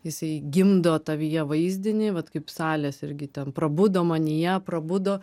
jisai gimdo tavyje vaizdinį vat kaip salės irgi ten prabudo manyje prabudo